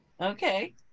Okay